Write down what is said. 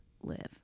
live